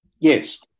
Yes